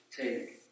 Take